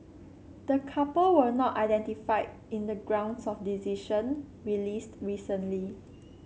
the couple were not identified in the grounds of decision released recently